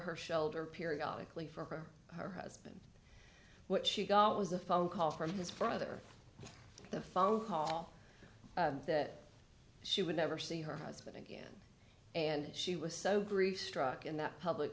her shoulder periodically for her husband what she got was a phone call from his brother the phone call that she would never see her husband again and she was so grief struck in that public